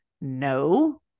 no